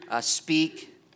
speak